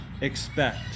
expect